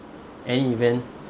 any event